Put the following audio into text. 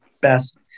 best